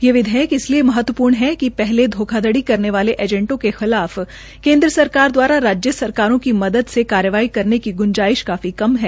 ये विधेयक इसलिए महत्वपूर्ण है कि हले धोखाधड़ी करने वाले एजेटों के खिलाफ केन्द्र सरकार द्वारा राज्य सरकारों की मदद से कार्यवाही करने की गुजांईश काफी कम है